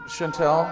Chantel